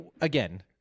again